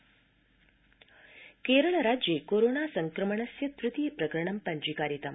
Kerala corona Kerala राज्ये corona संक्रमणस्य तृतीय प्रकरणं पञ्जीकारितम